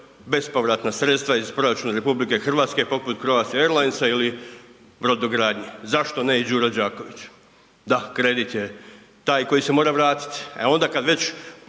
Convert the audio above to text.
bespovratna sredstva iz proračuna RH poput Croatia airlinesa ili brodogradnje, zašto ne i „Đuro Đaković“? Da, kredit je taj koji se mora vratiti. E onda kad već